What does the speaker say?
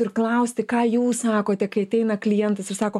ir klausti ką jūs sakote kai ateina klientas ir sako